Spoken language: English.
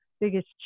biggest